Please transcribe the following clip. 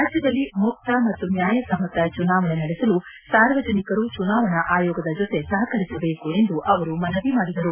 ರಾಜ್ಯದಲ್ಲಿ ಮುಕ್ತ ಮತ್ತು ನ್ಯಾಯ ಸಮ್ಮತ ಚುನಾವಣೆ ನಡೆಸಲು ಸಾರ್ವಜನಿಕರು ಚುನಾವಣಾ ಆಯೋಗದ ಜೊತೆ ಸಹಕರಿಸಬೇಕು ಎಂದು ಅವರು ಮನವಿ ಮಾಡಿದರು